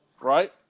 right